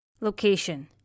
Location